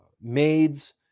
maids